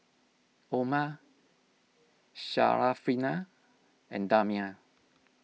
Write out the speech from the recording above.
Omar Syarafina and Damia